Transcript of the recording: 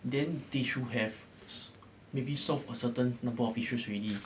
then they should have s~ maybe solved a certain number of issues already